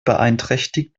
beeinträchtigt